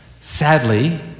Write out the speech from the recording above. sadly